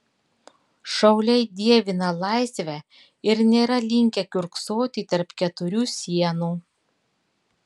šauliai dievina laisvę ir nėra linkę kiurksoti tarp keturių sienų